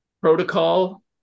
protocol